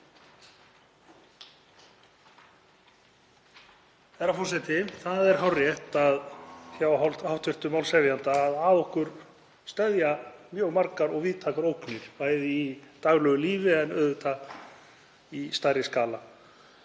Það er hárrétt hjá hv. málshefjanda að að okkur steðja mjög margar og víðtækar ógnir, bæði í daglegu lífi og auðvitað á stærri skala.